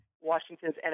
Washington's